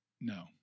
No